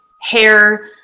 hair